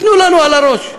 תנו לנו על הראש.